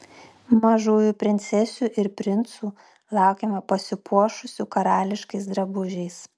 mažųjų princesių ir princų laukiame pasipuošusių karališkais drabužiais